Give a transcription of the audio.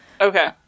Okay